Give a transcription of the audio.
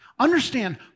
Understand